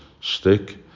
stick